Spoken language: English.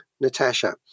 Natasha